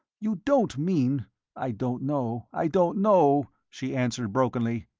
you don't mean i don't know, i don't know, she answered, brokenly.